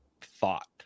thought